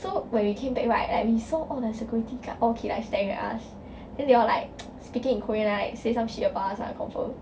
so when we came back right like we saw all the security guard all like keep staring at us then they all like speaking in korean like say some shit about us lah confirm